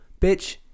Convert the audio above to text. bitch